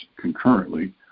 concurrently